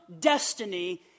destiny